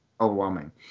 overwhelming